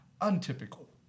untypical